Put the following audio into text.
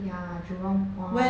ya jurong point